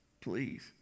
please